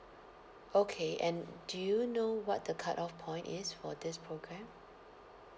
okay and do you know what the cutoff point is for this programme